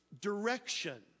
direction